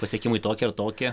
pasiekimai tokie ar tokie